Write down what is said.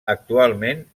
actualment